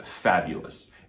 fabulous